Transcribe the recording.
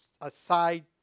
aside